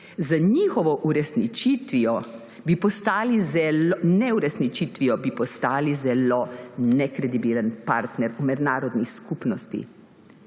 Z njihovo neuresničitvijo bi postali zelo nekredibilen partner v mednarodni skupnosti.